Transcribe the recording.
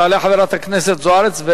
תעלה חברת הכנסת אורית זוארץ.